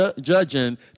judging